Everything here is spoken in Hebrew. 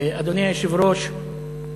אדוני היושב-ראש,